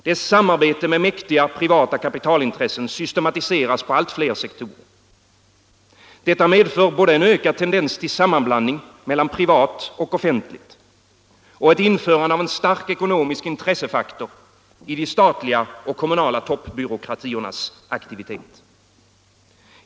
Dess samarbete med mäktiga privata kapitalintressen systematiseras på allt flera sektorer. Detta medför både en ökad tendens till sammanblandning mellan privat och offentligt och ett införande av en stark ekonomisk intressefaktor i de statliga och kommunala toppbyråkratiernas aktivitet.